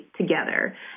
together